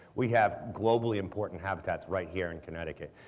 we have globally important habitats right here in connecticut.